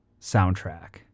soundtrack